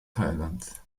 thailand